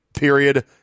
Period